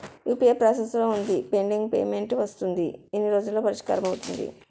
UPI process లో వుందిపెండింగ్ payment వస్తుంది ఎన్ని రోజుల్లో పరిష్కారం అవుతుంది